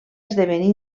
esdevenir